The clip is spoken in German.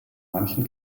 manchen